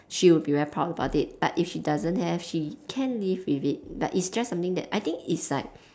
she will be very proud about it but if she doesn't have she can live with it but it's just something that I think it's like